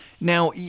Now